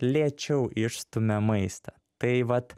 lėčiau išstumia maistą tai vat